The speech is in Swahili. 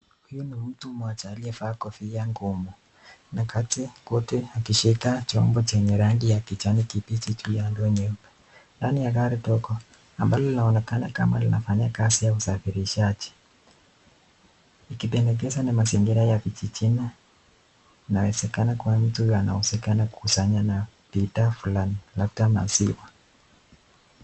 Huyu ni mtu mmoja aliyevaa kofia ngumu na kati koti akishika chombo jenye rangi kijani kibichi juu ya ndoo nyeupe ndani ya gari ndogo ambalo linaonekana kama linafanyika kazi ya usafirishaji, ikipendekeza ni mazingira ya vijijini inawezekana kuwa huyu mtu anahusikana kusanya na bidhaa fulani labda maziwa.